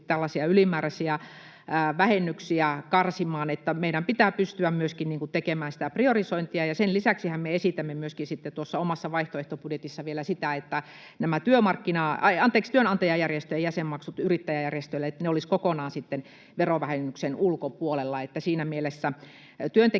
tällaisia ylimääräisiä vähennyksiä karsimaan. Meidän pitää pystyä myöskin tekemään sitä priorisointia. Sen lisäksihän me esitämme myöskin tuossa omassa vaihtoehtobudjetissamme vielä sitä, että työnantajajärjestöjen jäsenmaksut yrittäjäjärjestöille olisivat kokonaan verovähennyksen ulkopuolella. Siinä mielessä työntekijöitten